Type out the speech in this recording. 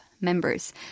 members